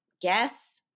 guess